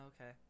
Okay